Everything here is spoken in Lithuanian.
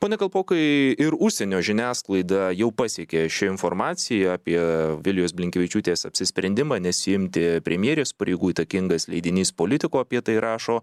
pone kalpokai ir užsienio žiniasklaidą jau pasiekė ši informacija apie vilijos blinkevičiūtės apsisprendimą nesiimti premjerės pareigų įtakingas leidinys politikų apie tai rašo